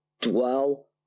dwell